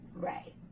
Right